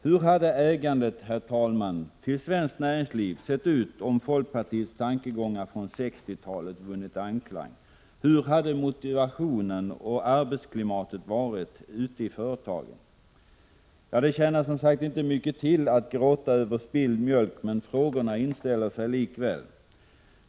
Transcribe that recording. Hur hade ägandet, herr talman, till svenskt näringsliv sett ut om folkpartiets tankegångar från 1960-talet vunnit anklang? Hur hade motivationen och arbetsklimatet varit i företagen? Ja, det tjänar som sagt inte mycket till att gråta över spilld mjölk, men frågorna inställer sig likväl.